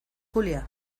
julia